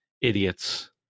idiots